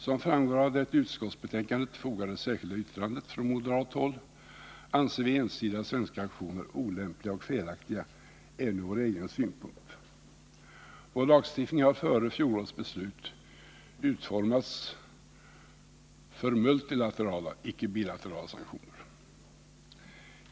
Som framgår av det till utskottsbetänkandet fogade särskilda yttrandet från moderat håll anser vi ensidiga svenska aktioner vara olämpliga även ur vår egen synpunkt. Vår lagstiftning har före fjolårets beslut utformats för multilaterala — icke bilaterala — sanktioner.